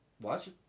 watch